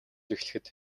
эхлэхэд